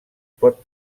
pot